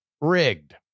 rigged